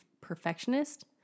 perfectionist